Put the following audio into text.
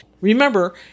Remember